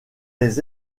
les